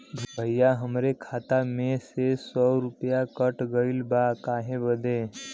भईया हमरे खाता मे से सौ गो रूपया कट गइल बा काहे बदे?